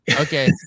Okay